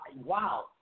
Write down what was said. wow